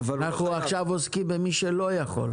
אנחנו עכשיו עוסקים במי שלא יכול.